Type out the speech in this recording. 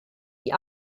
die